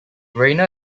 reiner